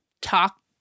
talk